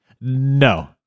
No